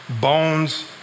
bones